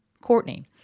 Courtney